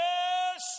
Yes